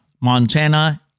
Montana